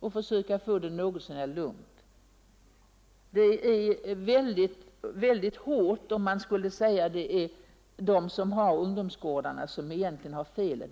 och där försöka ha det något så när lugnt. Det vore hårt att säga att det är föreståndarna på ungdomsgårdarna som har felet.